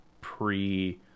pre